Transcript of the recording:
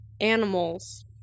animals